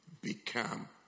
become